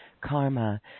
karma